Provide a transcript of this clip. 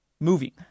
moving